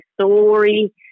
story